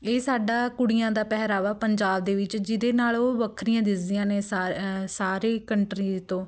ਇਹ ਸਾਡਾ ਕੁੜੀਆਂ ਦਾ ਪਹਿਰਾਵਾ ਪੰਜਾਬ ਦੇ ਵਿੱਚ ਜਿਹਦੇ ਨਾਲ ਉਹ ਵੱਖਰੀਆਂ ਦਿਖਦੀਆਂ ਨੇ ਸਾਰ ਸਾਰੇ ਕੰਟਰੀ ਤੋਂ